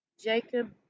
Jacob